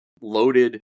loaded